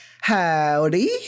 howdy